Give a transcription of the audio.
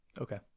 okay